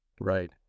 Right